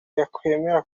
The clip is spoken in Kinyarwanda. yakwemera